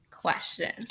question